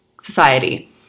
Society